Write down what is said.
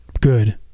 good